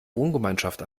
wohngemeinschaft